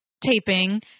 taping